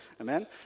Amen